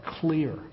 clear